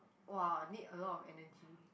!wah! need a lot of energy